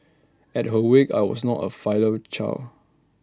at her wake I was not A filial